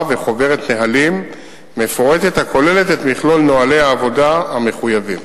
וחוברת נהלים מפורטת הכוללת את מכלול נוהלי העבודה המחויבים.